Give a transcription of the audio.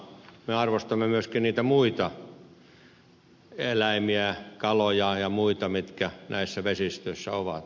me arvostamme myöskin niitä muita eläimiä kaloja ja muita mitkä näissä vesistöissä ovat